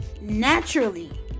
naturally